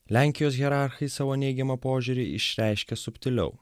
lenkijos hierarchai savo neigiamą požiūrį išreiškia subtiliau